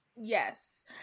yes